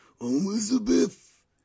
Elizabeth